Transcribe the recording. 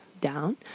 down